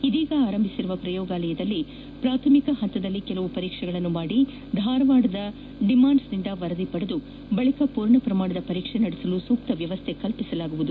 ಇದೀಗ ಆರಂಭಿಸಿರುವ ಪ್ರಯೋಗಾಲಯದಲ್ಲಿ ಪ್ರಾಥಮಿಕ ಹಂತದಲ್ಲಿ ಕೆಲವು ಪರೀಕ್ಷೆಗಳನ್ನು ಮಾದಿ ಧಾರವಾಡದ ಡಿಮಾನ್ಸ್ನಿಂದ ವರದಿ ಪಡೆದು ಬಳಿಕ ಪೂರ್ಣ ಪ್ರಮಾಣದ ಪರೀಕ್ಷೆ ನಡೆಸಲು ಸೂಕ್ತ ವ್ಯವಸ್ಥೆ ಕಲ್ವಿಸಲಾಗುವುದು